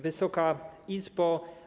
Wysoka Izbo!